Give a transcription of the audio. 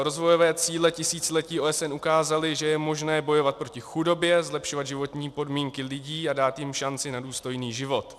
Rozvojové cíle tisíciletí OSN ukázaly, že je možné bojovat proti chudobě, zlepšovat životní podmínky lidí a dát jim šanci na důstojný život.